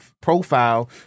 profile